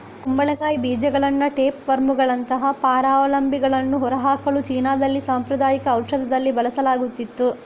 ಕುಂಬಳಕಾಯಿ ಬೀಜಗಳನ್ನ ಟೇಪ್ ವರ್ಮುಗಳಂತಹ ಪರಾವಲಂಬಿಗಳನ್ನು ಹೊರಹಾಕಲು ಚೀನಾದಲ್ಲಿ ಸಾಂಪ್ರದಾಯಿಕ ಔಷಧದಲ್ಲಿ ಬಳಸಲಾಗುತ್ತಿತ್ತು